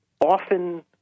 Often